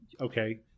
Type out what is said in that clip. okay